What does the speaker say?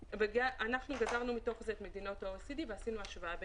אנחנו גזרנו מתוך זה את מדינות ה-OECD ועשינו השוואה.